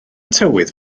tywydd